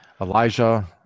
Elijah